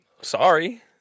Sorry